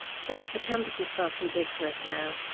so, the campus is far too big for us now,